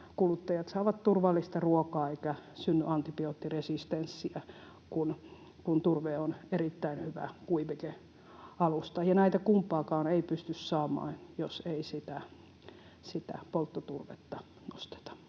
kuluttajat saavat turvallista ruokaa eikä synny antibioottiresistenssiä, kun turve on erittäin hyvä kuivikealusta. Näitä kumpaakaan ei pysty saamaan, jos ei sitä polttoturvetta nosteta.